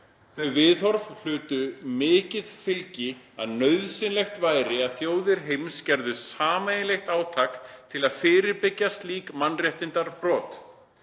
Þau viðhorf hlutu mikið fylgi að nauðsynlegt væri að þjóðir heims gerðu sameiginlegt átak til að fyrirbyggja slík mannréttindabrot.